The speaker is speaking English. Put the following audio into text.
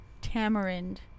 tamarind